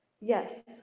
Yes